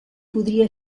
podria